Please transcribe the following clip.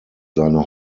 seine